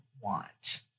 want